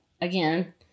again